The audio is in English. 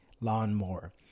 lawnmower